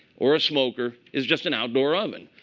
or a smoker is just an outdoor oven.